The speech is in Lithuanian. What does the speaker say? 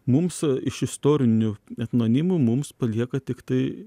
mums iš istorinių etnonimų mums palieka tiktai